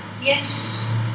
Yes